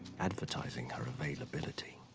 advertising her availability.